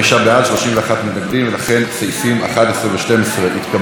ולכן סעיפים 11 ו-12 התקבלו כנוסח הוועדה.